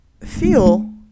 feel